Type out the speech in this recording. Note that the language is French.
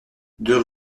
deux